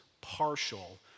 partial